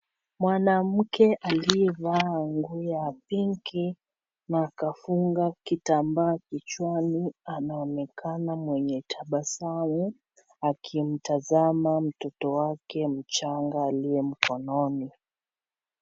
Mwanamke aliyevaa nguo ya pinki na akafunga kitambaa kichwani anaonekana mwenye tabasamu akimtazama mtoto wake mchanga aliye mkononi.